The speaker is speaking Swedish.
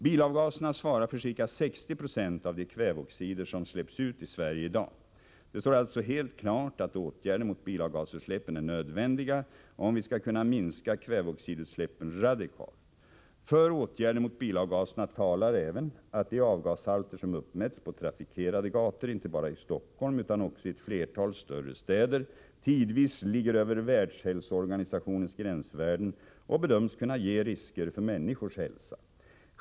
Bilavgaserna svarar för ca 60 70 av de kväveoxider som släpps ut i Sverige i dag. Det står alltså helt klart att åtgärder mot bilavgasutsläppen är nödvändiga om vi skall kunna minska kväveoxidutsläppen radikalt. För åtgärder mot bilavgaserna talar även att de avgashalter som uppmätts på ”rafikerade gator inte bara i Stockholm utan också i ett flertal större städer ädvis ligger över Världshälsoorganisationens gränsvärden och bedöms kunna ge risker för människors hälsa.